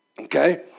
Okay